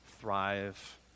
Thrive